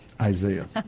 Isaiah